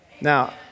Now